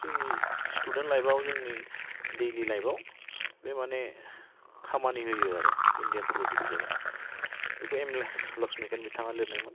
जोंनि student life आव जोंनि दैलि लाइफ आव बे मानि खामानि होयो आरो इण्डियान पलिटि बिजाबआ बेखौ एम लक्समिकान्त बिथाङा लिरनायमोन